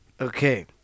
okay